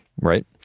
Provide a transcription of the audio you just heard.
right